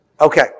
Okay